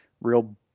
real